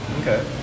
Okay